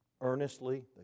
Earnestly